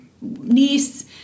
niece